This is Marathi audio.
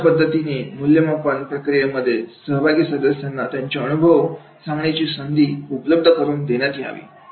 अशा पद्धतीने मूल्यमापन प्रक्रियेमध्ये सहभागी सदस्यांना त्यांचे अनुभव सांगण्याची संधी उपलब्ध करून देण्यात यावी